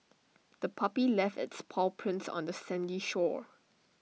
the puppy left its paw prints on the sandy shore